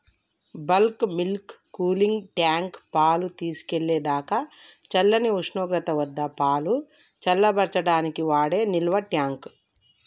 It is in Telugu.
బల్క్ మిల్క్ కూలింగ్ ట్యాంక్, పాలు తీసుకెళ్ళేదాకా చల్లని ఉష్ణోగ్రత వద్దపాలు చల్లబర్చడానికి వాడే నిల్వట్యాంక్